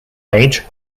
age